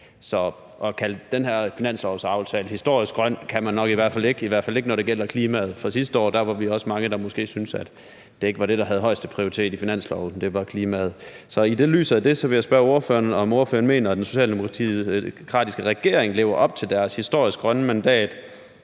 Så at kalde den her finanslovsaftale historisk grøn kan man nok ikke – i hvert fald ikke, når det gælder klimaet, for sidste år var vi mange, der måske syntes, at klimaet ikke var det, der havde højeste prioritet i finansloven. I lyset af det vil jeg spørge ordføreren, om ordføreren mener, at den socialdemokratiske regering lever op til deres historisk grønne mandat,